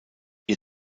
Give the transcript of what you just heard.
ihr